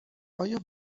آیا